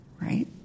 right